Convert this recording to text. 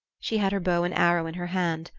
she had her bow and arrow in her hand,